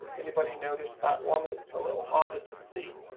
anybody noticed that one. it's a little harder to see.